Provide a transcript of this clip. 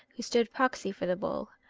who stood proxy for the bull.